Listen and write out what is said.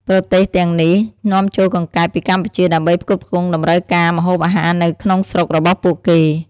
ប្រទេសទាំងនេះនាំចូលកង្កែបពីកម្ពុជាដើម្បីផ្គត់ផ្គង់តម្រូវការម្ហូបអាហារនៅក្នុងស្រុករបស់ពួកគេ។